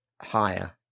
higher